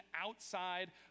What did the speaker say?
outside